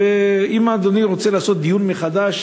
ואם אדוני רוצה לעשות דיון מחדש,